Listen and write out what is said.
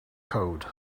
code